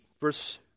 verse